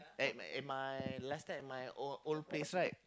at my at my last time my old old place right